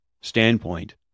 standpoint